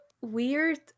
weird